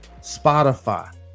Spotify